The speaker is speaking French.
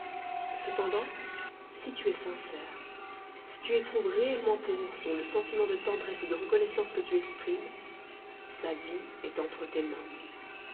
cependant si tu es sincère si tu éprouves réellement pour ourson le sentiment de tendresse et de reconnaissance que tu exprimes sa vie est entre tes mains